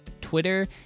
Twitter